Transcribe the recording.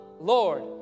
Lord